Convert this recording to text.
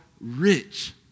rich